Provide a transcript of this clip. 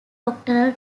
doctoral